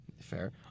Fair